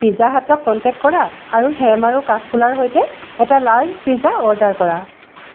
pizza হাটক contact কৰা আৰু হেম আৰু কাঠফুলাৰ সৈতে এটা লাৰ্জ পিজ্জা অৰ্ডাৰ কৰা